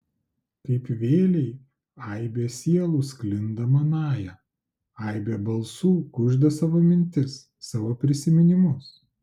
kaip vėlei aibė sielų sklinda manąja aibė balsų kužda savo mintis savo prisiminimus